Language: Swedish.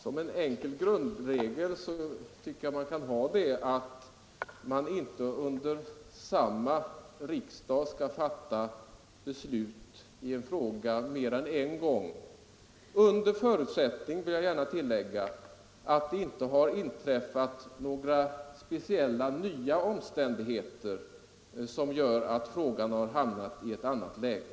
Fru talman! En grundregel är att man inte under samma riksdag skall fatta beslut i en fråga mer än en gång, under förutsättning — det vill jag gärna tillägga — att några speciella nya omständigheter inte har träffat som gör att frågan hamnat i ett annat läge.